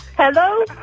Hello